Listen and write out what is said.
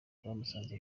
twamusanze